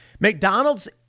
McDonald's